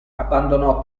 abbandonò